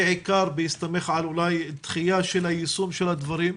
בעיקר בהסתמך על אולי דחייה של יישום הדברים.